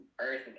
earth